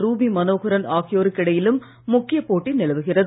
Ruby Manoharan ஆகியோருக்கு இடையிலும் முக்கிய போட்டி நிலவுகிறது